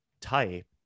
type